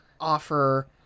offer